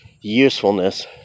usefulness